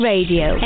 Radio